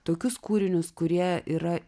tokius kūrinius kurie yra